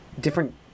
different